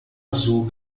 azul